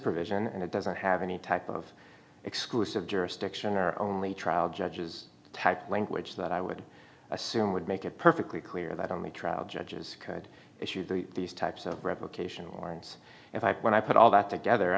provision and it doesn't have any type of exclusive jurisdiction or only trial judges type language that i would assume would make it perfectly clear that only trial judges could issue that these types of revocation warrants in fact when i put all that together